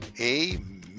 Amen